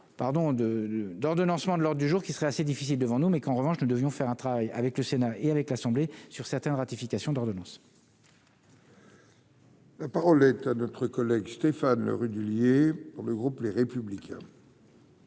pardon de d'ordonnancement de l'Ordre du jour qui serait assez difficile devant nous, mais qu'en revanche nous devions faire un travail avec le Sénat et avec l'Assemblée sur certaines ratification d'ordonnances. La parole est à notre collègue Stéphane Le Rudulier dans le groupe, les républicains.